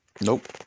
Nope